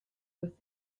with